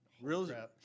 Real